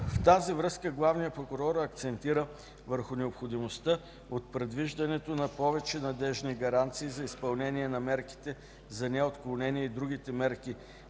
В тази връзка главният прокурор акцентира върху необходимостта от предвиждането на повече надеждни гаранции за изпълнение на мерките за неотклонение и другите мерки